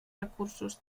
recursos